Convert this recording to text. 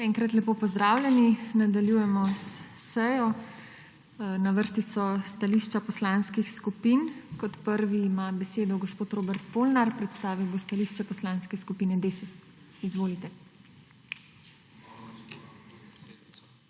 Še enkrat lepo pozdravljeni! Nadaljujemo s sejo. Na vrsti so stališča poslanskih skupin. Kot prvi ima besedo gospod Robert Polnar, predstavil bo stališče Poslanske skupine Desus. Izvolite.